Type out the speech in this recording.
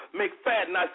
McFadden